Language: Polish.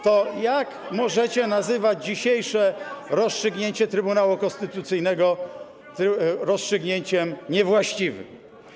To jak możecie nazywać dzisiejsze rozstrzygnięcie Trybunału Konstytucyjnego rozstrzygnięciem niewłaściwym?